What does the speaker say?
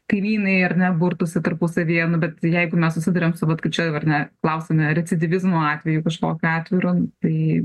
kaimynai ar ne burtųsi tarpusavyje nu bet jeigu mes susiduriam su vat kaip čia ar ne klausiame recidyvizmo atvejų kažkokių atvejų yra tai